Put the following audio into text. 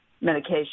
medication